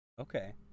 Okay